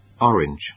orange